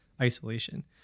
isolation